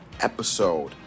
episode